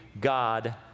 God